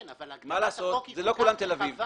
כן, אבל מוטת החוק כל כך רחבה